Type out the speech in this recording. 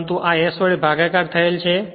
પરંતુ આ s વડે ભાગાકાર થયેલ છે